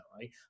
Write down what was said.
right